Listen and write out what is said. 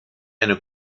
eine